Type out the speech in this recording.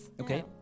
Okay